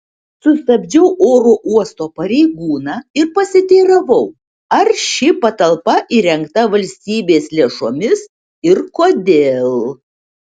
sustabdžiau oro uosto pareigūną ir pasiteiravau ar ši patalpa įrengta valstybės lėšomis ir kodėl